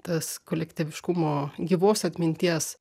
tas kolektyviškumo gyvos atminties